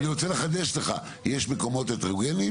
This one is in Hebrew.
אני רוצה לחדש לך: יש מקומות הטרוגניים